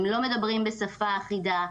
הם לא מדברים בשפה אחידה,